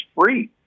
free